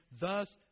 Thus